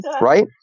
right